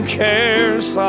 cares